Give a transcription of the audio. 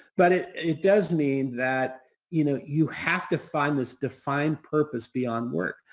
but it it does mean that you know you have to find this defined purpose beyond work.